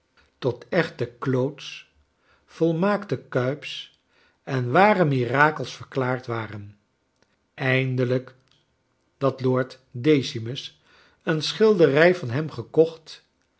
tot echte claude's volmaakte cuyp's en ware mirakels verklaard waren eindelijk dat lord decimus een schilderij van hem gekocht